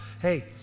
Hey